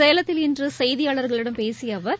சேலத்தில் இன்று செய்தியாளர்களிடம் பேசிய அவர்